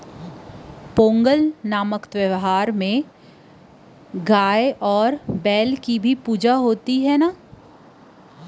पोंगल तिहार म गरूवय अउ बईला के घलोक पूजा अरचना होथे न